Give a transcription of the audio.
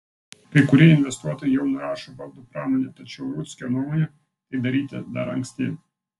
kai kurie investuotojai jau nurašo baldų pramonę tačiau rudzkio nuomone tai daryti dar anksti